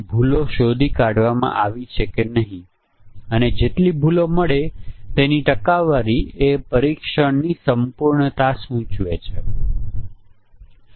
ચાલો આ ઉદાહરણ પર વિચાર કરીએ કે વ્યાજ દર રકમ મહિના અને પછી ડાઉન પેમેન્ટ અને ચુકવણીની આવર્તન છે